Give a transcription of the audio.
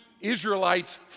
Israelites